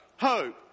hope